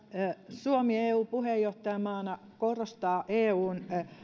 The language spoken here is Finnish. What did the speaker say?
suomi eu puheenjohtajamaana korostaa eun